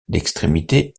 l’extrémité